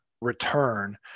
return